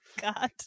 god